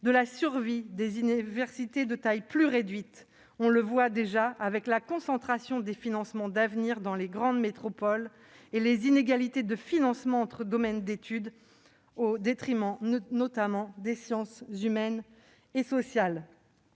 moyen terme, des universités de taille plus réduite. On constate d'ores et déjà la concentration des financements d'avenir dans les métropoles et de grandes inégalités de financement entre domaines d'études, au détriment notamment des sciences humaines et sociales.